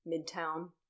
Midtown